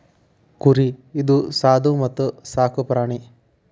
ಕುರಿ ಇದು ಸಾದು ಮತ್ತ ಸಾಕು ಪ್ರಾಣಿ